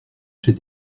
chez